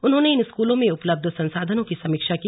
उन्होंने इन स्कूलों में उपलब्ध संसाधनों की समीक्षा की